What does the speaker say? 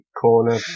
corner